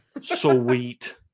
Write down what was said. Sweet